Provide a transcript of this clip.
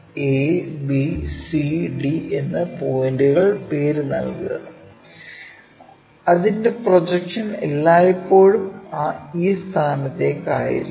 abcd എന്ന് പോയിൻറുകൾക്ക് പേരുനൽകുക അതിന്റെ പ്രൊജക്ഷൻ എല്ലായ്പ്പോഴും ഈ സ്ഥാനത്തേക്ക് ആയിരിക്കും